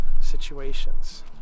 situations